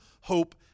hope